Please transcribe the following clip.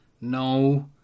No